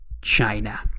China